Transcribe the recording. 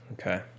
okay